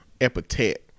epithet